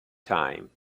time